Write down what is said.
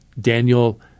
Daniel